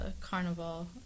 carnival